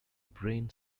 brain